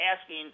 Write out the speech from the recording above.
asking